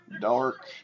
Dark